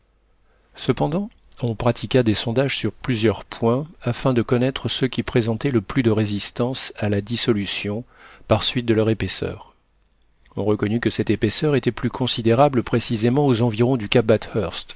cependant on pratiqua des sondages sur plusieurs points afin de connaître ceux qui présentaient le plus de résistance à la dissolution par suite de leur épaisseur on reconnut que cette épaisseur était plus considérable précisément aux environs du cap